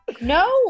No